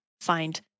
find